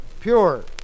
pure